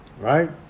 right